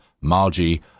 Margie